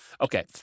okay